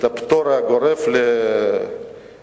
את הפטור הגורף לחרדים,